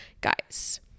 Guys